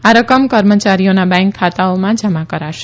આ રકમ કર્મયારીઓના બેન્ક ખાતાઓમાં જમા કરાશે